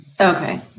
Okay